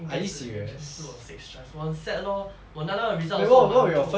应该是 yuan ching 是我的 sixth choice 我很 sad lor 我拿到 results 的时候我马上就